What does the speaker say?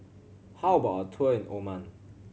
how about a tour in Oman